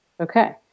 Okay